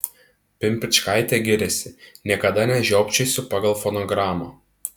pimpičkaitė giriasi niekada nežiopčiosiu pagal fonogramą